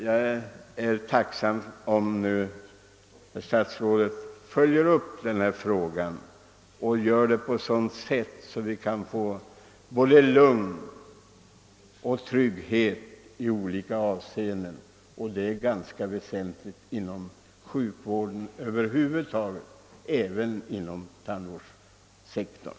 Jag är tacksam om statsrådet följer upp denna fråga och gör det på sådant sätt att vi kan känna oss lugna och trygga i olika avseenden. Detta är väsentligt inom sjukvården över huvud taget och även på tandvårdssektorn.